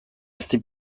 ezti